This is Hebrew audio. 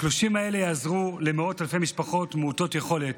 התלושים האלה יעזרו למאות אלפי משפחות מעוטות יכולת.